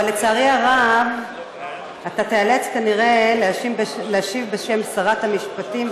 אבל לצערי הרב אתה תיאלץ כנראה להשיב בשם שרת המשפטים,